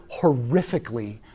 horrifically